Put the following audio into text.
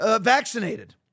vaccinated